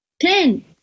Ten